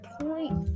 point